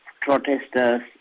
protesters